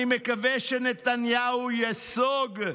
אני מקווה שנתניהו ייסוג.